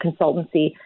Consultancy